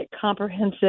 comprehensive